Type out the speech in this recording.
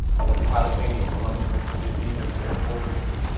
i went to pilot training in columbus, mississippi with the air force.